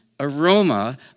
aroma